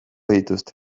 dituzte